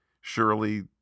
surely